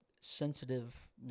sensitive